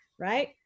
right